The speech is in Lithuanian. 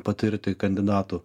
patirti kandidatų